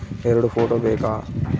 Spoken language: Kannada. ಎರಡು ಫೋಟೋ ಬೇಕಾ?